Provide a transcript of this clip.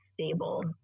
stable